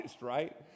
right